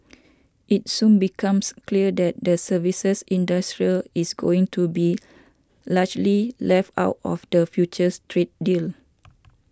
it soon becomes clear that the services industry is going to be largely left out of the future trade deal